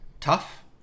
tough